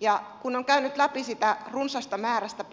ja kun on käynyt läpi sitä runsasta